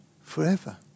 forever